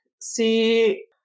see